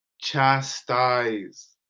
chastise